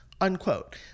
unquote